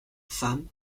femmes